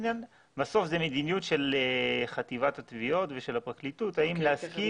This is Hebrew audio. בסוף זאת מדיניות של חטיבת התביעות ושל הפרקליטות האם להסכים